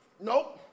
Nope